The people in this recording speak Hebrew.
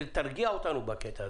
תרגיע אותנו בקטע הזה.